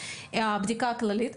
הבדיקה הכללית.